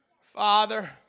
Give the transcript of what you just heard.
Father